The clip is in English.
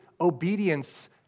obedience